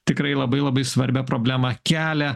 tikrai labai labai svarbią problemą kelia